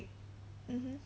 mmhmm